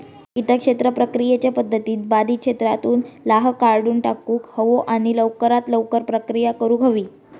किटक क्षेत्र प्रक्रियेच्या पध्दती बाधित क्षेत्रातुन लाह काढुन टाकुक हवो आणि लवकरात लवकर प्रक्रिया करुक हवी